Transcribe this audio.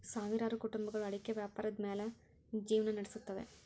ಸಾವಿರಾರು ಕುಟುಂಬಗಳು ಅಡಿಕೆ ವ್ಯಾಪಾರದ ಮ್ಯಾಲ್ ಜಿವ್ನಾ ನಡಸುತ್ತವೆ